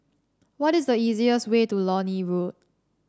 what is the easiest way to Lornie Road